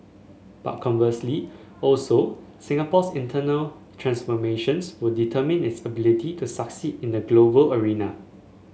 but conversely also Singapore's internal transformations will determine its ability to succeed in the global arena